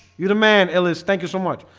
you're the man elise thank you so much.